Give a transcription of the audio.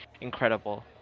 incredible